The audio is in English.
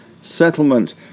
settlement